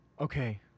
okay